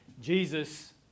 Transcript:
Jesus